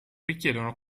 richiedono